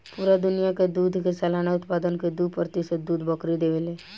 पूरा दुनिया के दूध के सालाना उत्पादन के दू प्रतिशत दूध बकरी देवे ले